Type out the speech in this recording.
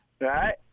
right